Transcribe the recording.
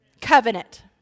Covenant